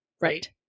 Right